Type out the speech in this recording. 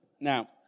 Now